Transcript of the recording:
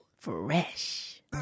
Fresh